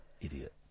Idiot